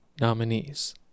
nominees